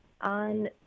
on